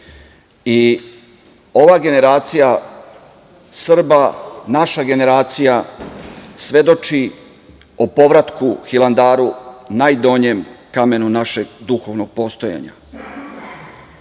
i ova generacija Srba, naša generacija, svedoči o povratku Hilandaru, najdonjem kamenu našeg duhovnog postojanja. Povratak